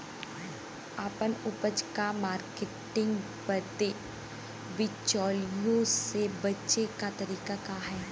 आपन उपज क मार्केटिंग बदे बिचौलियों से बचे क तरीका का ह?